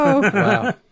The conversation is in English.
Wow